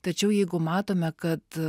tačiau jeigu matome kad